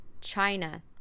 China